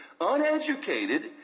Uneducated